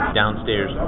downstairs